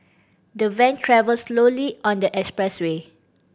the van travelled slowly on the expressway